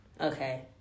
Okay